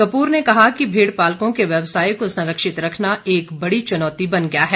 कपूर ने कहा कि भेड़पालकों के व्यवसाय को संरक्षित रखना एक बड़ी चुनौती बन गया है